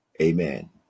Amen